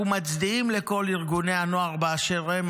אנחנו מצדיעים לכל ארגוני הנוער באשר הם.